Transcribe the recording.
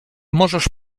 możesz